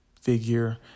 figure